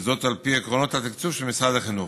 וזאת על פי עקרונות התקצוב של משרד החינוך.